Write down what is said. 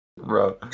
bro